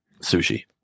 Sushi